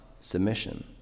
submission